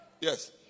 Yes